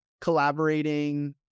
collaborating